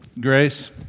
Grace